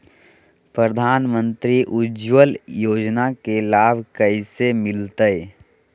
प्रधानमंत्री उज्वला योजना के लाभ कैसे मैलतैय?